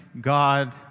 God